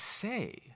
say